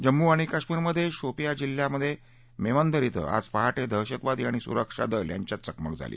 जम्मू आणि कश्मीरमधे शोपियाँ जिल्ह्यातल्या मेमंधर इं आज पहाटे दहशतवादी आणि सुरक्षा दल यांच्यात चकमक झाली